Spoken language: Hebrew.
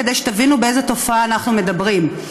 כדי שתבינו באיזו תופעה אנחנו מדברים.